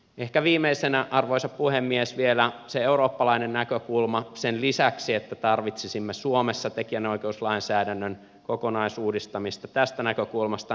ehkä viimeisenä arvoisa puhemies vielä se eurooppalainen näkökulma sen lisäksi että tarvitsisimme suomessa tekijänoikeuslainsäädännön kokonaisuudistamista tästä näkökulmasta